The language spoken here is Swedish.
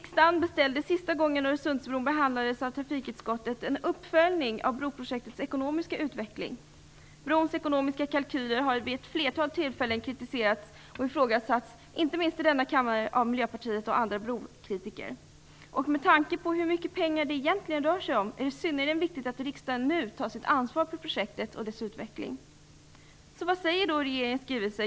Sista gången Öresundsbron behandlades av trafikutskottet beställde riksdagen en uppföljning av broprojektets ekonomiska utveckling. Brons ekonomiska kalkyler har vid ett flertal tillfällen kritiserats och ifrågasatts inte minst i denna kammare av Miljöpartiet och andra brokritiker. Med tanke på hur mycket pengar det egentligen rör sig om är det synnerligen viktigt att riksdagen nu tar sitt ansvar för projektet och dess utveckling. Vad sägs då i regeringens skrivelse?